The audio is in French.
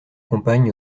compagne